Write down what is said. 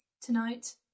Tonight